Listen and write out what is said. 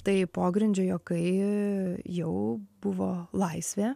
tai pogrindžio juokai jau buvo laisvė